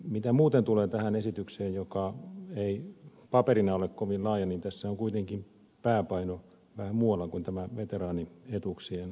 mitä muuten tulee tähän esitykseen joka ei paperina ole kovin laaja niin tässä on kuitenkin pääpaino vähän muualla kuin näiden veteraanietuuksien korottamisessa